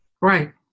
Right